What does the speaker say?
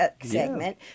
segment